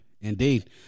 indeed